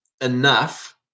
enough